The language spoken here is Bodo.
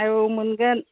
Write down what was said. औ मोनगोन